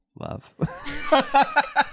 love